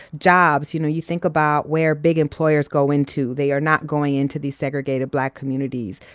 jobs, you know, you think about where big employers go into, they are not going into the segregated black communities.